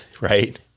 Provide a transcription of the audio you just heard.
right